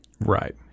right